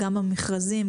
השקיעו במכרזים,